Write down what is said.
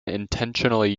intentionally